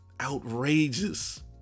outrageous